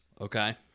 okay